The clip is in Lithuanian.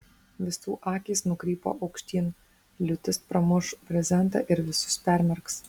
visų akys nukrypo aukštyn liūtis pramuš brezentą ir visus permerks